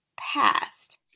past